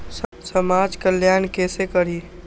समाज कल्याण केसे करी?